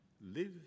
live